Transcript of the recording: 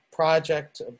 Project